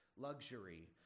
luxury